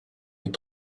est